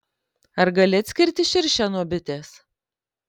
ar gali atskirti širšę nuo bitės